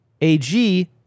AG